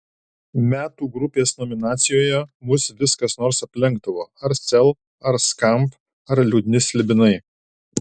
metų grupės nominacijoje mus vis kas nors aplenkdavo ar sel ar skamp ar liūdni slibinai